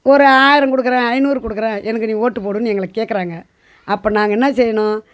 ஒரு ஆயிரம் கொடுக்கறேன் ஐநூறு கொடுக்கறேன் எனக்கு நீ ஓட்டு போடுன்னு எங்கள கேட்கறாங்க அப்போ நாங்கள் என்ன செய்யணும்